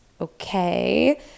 Okay